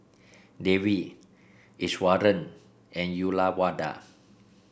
Devi Iswaran and Uyyalawada